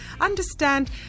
understand